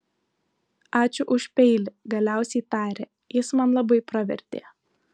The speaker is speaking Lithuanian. ačiū už peilį galiausiai tarė jis man labai pravertė